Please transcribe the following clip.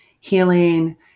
healing